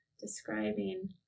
describing